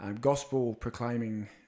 gospel-proclaiming